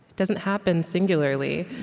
doesn't happen singularly.